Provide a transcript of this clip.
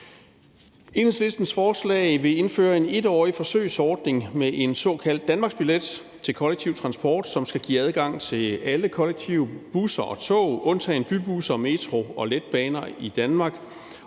Enhedslisten vil med forslaget indføre en 1-årig forsøgsordning med en såkaldt danmarksbillet til kollektiv transport, som skal give adgang til alle kollektive busser og tog, undtagen bybusser, metroer og letbaner, i Danmark,